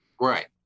Right